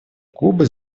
кубы